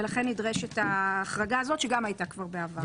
ולכן נדרשת ההחרגה הזאת שגם הייתה כבר בעבר.